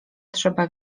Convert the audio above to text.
trzeba